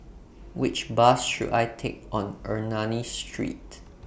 Which Bus should I Take to Ernani Street